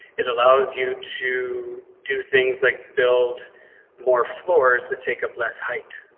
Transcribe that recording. it allows you to do things like build more floors that take up less height.